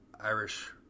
Irish